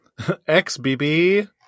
XBB